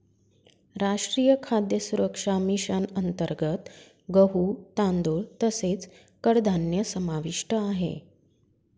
राष्ट्रीय खाद्य सुरक्षा मिशन अंतर्गत गहू, तांदूळ तसेच कडधान्य समाविष्ट आहे